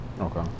Okay